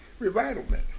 revitalment